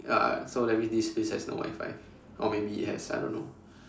ya so that means this place has no Wi-Fi or maybe it has I don't know